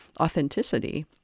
authenticity